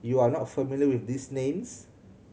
you are not familiar with these names